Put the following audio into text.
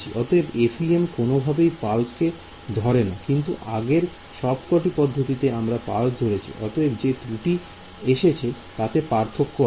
অতএব FEM কোন ভাবেই পালসকে ধরে না কিন্তু আগের সবকটি পদ্ধতিতে আমরা পালস ধরেছি অতএব যে ত্রুটি আসছে তাতে পার্থক্য আছে